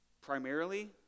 Primarily